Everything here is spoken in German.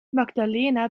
magdalena